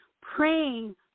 praying